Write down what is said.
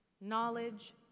knowledge